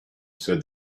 said